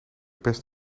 best